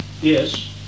Yes